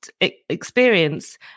experience